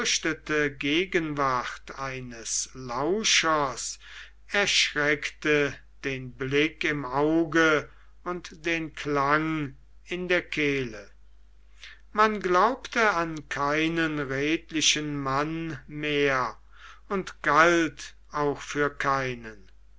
gegenwart eines lauschers erschreckte den blick im auge und den klang in der kehle man glaubte an keinen redlichen mann mehr und galt auch für keinen